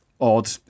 odd